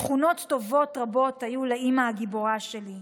תכונות טובות רבות היו לאימא הגיבורה שלי,